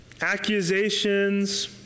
accusations